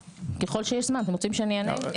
ככל שיש זמן, מה שאתם רוצים אני אענה.